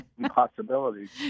possibilities